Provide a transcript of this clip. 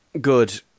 good